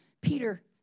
Peter